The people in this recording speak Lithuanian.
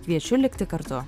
kviečiu likti kartu